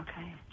Okay